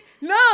No